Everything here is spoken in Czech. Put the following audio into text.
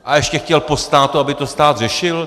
A ještě chtěl po státu, aby to stát řešil?